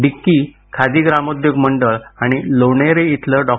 dicky Khadi ग्रामोद्योग मंडळ आणि लोणेरे इथलं डॉ